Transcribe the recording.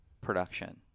production